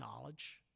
knowledge